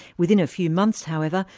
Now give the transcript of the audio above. within a few months, however,